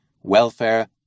welfare